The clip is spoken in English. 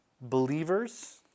believers